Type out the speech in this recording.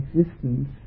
existence